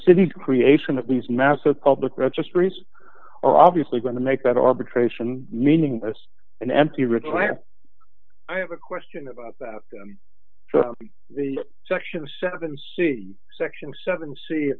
the creation of these massive public registries are obviously going to make that arbitration meaningless and empty retired i have a question about that the section seven c section seven c